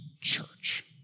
church